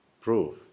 proof